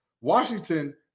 Washington